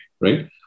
right